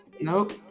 nope